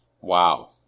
Wow